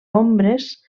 ombres